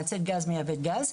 מייצאת גז מייבאת גז,